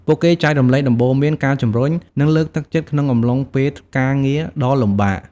ពួកគេចែករំលែកដំបូន្មាន ការជម្រុញ និងលើកទឹកចិត្តក្នុងអំឡុងពេលការងារដ៏លំបាក។